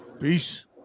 peace